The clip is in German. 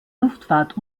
luftfahrt